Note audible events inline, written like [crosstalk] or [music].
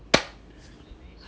[noise]